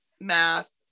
math